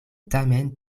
tamen